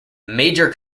major